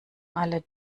alle